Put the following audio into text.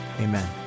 amen